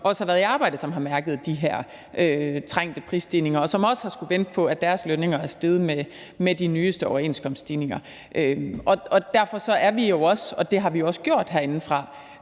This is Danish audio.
som også har været i arbejde, som har mærket de her trængte tider med prisstigninger, og som også har skullet vente på, at deres lønninger stiger med stigningerne i den nyeste overenskomst. Derfor er vi jo også, og det har vi også gjort herindefra,